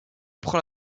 prend